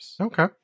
Okay